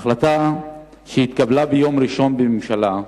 ההחלטה שהתקבלה ביום ראשון בממשלה,